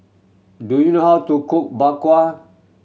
do you know how to cook Bak Kwa